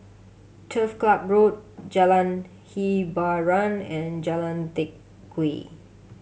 Turf Club Road Jalan Hiboran and Jalan Teck Whye